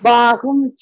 Bahum